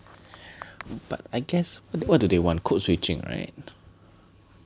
but I guess what do they want code switching right